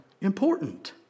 important